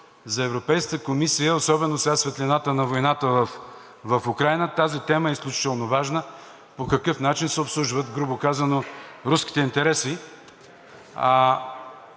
за Европейската комисия, особено сега в светлината на войната в Украйна, тази тема е изключително важна – по какъв начин се обслужват, грубо казано, руските интереси.